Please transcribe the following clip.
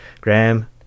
Graham